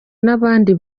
n’abandi